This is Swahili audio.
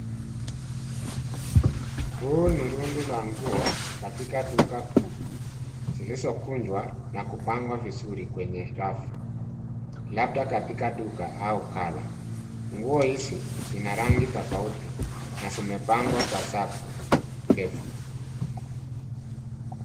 Hii ni rundo la nguo, katika duka kuu, zilizokunjwa na kupangwa vizuri kwenye rafu labda katika duka au gala . Nguo hizi zina rangi tofauti na zimepangwa kwa safu ndefu.